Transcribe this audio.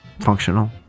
Functional